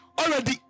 already